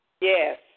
Yes